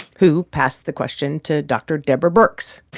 who passed the question to dr. deborah birx.